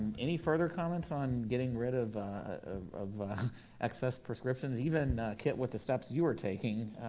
any further comments on getting rid of ah of excess prescriptions? even kit, with the steps you're taking,